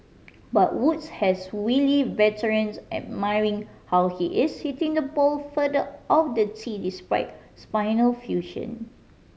but Woods has wily veterans admiring how he is hitting the ball further off the tee despite spinal fusion